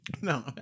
no